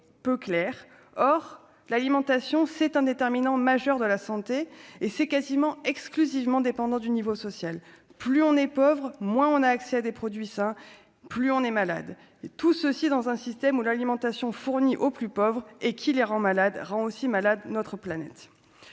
peu clair, or l'alimentation c'est un déterminant majeur de la santé et c'est quasiment exclusivement dépendant du niveau social, plus on est pauvre, moins on a accès à des produits sains, plus on est malade, et tout ceci est dans un système où l'alimentation fournie aux plus pauvres et qui les rend malade rend aussi malade notre planète